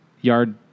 Yard